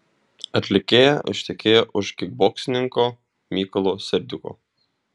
atlikėja ištekėjo už kikboksininko mykolo serdiuko